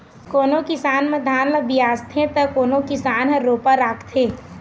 कोनो किसान मन धान ल बियासथे त कोनो किसान ह रोपा राखथे